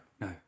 no